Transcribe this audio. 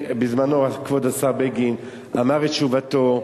בזמנו כבוד השר בגין אמר את תשובתו,